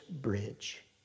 bridge